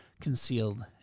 concealed